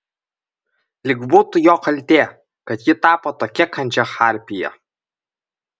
lyg būtų jo kaltė kad ji tapo tokia kandžia harpija